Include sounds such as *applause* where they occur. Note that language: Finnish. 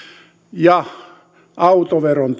ja autoveron *unintelligible*